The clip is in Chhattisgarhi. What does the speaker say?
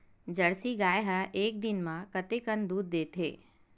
जर्सी गाय ह एक दिन म कतेकन दूध देथे?